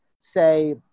say